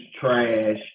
trash